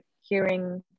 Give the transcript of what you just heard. hearing